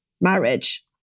marriage